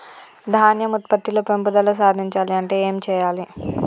ధాన్యం ఉత్పత్తి లో పెంపుదల సాధించాలి అంటే ఏం చెయ్యాలి?